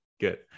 Good